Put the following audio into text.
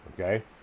Okay